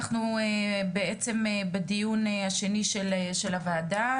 אנחנו בעצם בדיון השני של הוועדה,